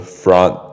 front